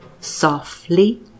softly